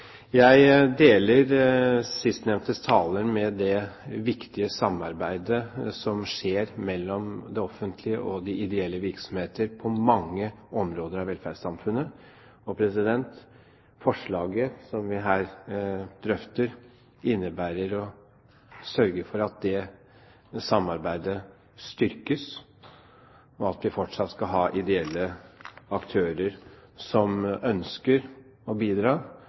Jeg deler sistnevnte talers synspunkter om det viktige samarbeidet som skjer mellom det offentlige og de ideelle virksomheter på mange områder av velferdssamfunnet. Forslaget som vi her drøfter, innebærer å sørge for at dette samarbeidet styrkes, og at vi fortsatt skal ha ideelle aktører som ønsker å bidra,